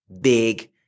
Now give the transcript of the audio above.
big